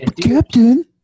Captain